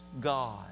God